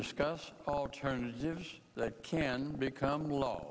discuss alternatives that can become law